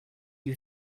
you